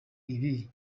ibibi